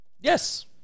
Yes